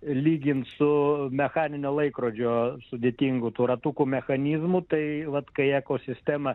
lygint su mechaninio laikrodžio sudėtingų tų ratukų mechanizmu tai vat kai ekosistema